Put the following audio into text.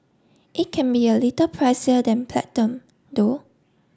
it can be a little pricier than Platinum though